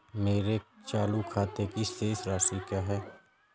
मेरे चालू खाते की शेष राशि क्या है?